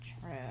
True